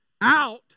Out